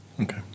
Okay